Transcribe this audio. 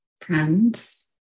friends